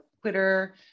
Twitter